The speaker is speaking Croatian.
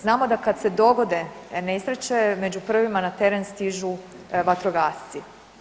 Znamo da kad se dogode nesreće, među prvima na teren stižu vatrogasci.